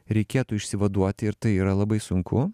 reikėtų išsivaduoti ir tai yra labai sunku